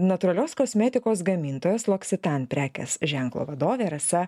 natūralios kosmetikos gamintoja sluoksitan prekės ženklo vadovė rasa